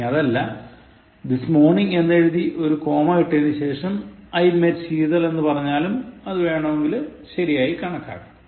ഇനി അതല്ല this morning എന്നെഴുതി ഒരു കോമ ഇട്ടതിനു ശേഷം I met Sheetal എന്നു പറഞ്ഞാലും അത് വേണമെങ്കിൽ ശരിയായി കണക്കാക്കാം